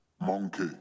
Monkey